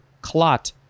clot